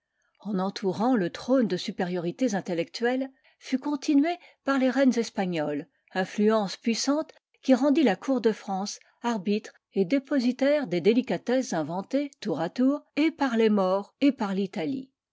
en entourant le trône de supériorités intellectuelles fut continuée par les reines espagnoles influence puissante qui rendit la cour de france arbitre et dépositaire des délicatesses inventées tour à tour et par les maures et par l'italie